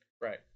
Right